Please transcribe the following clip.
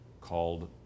called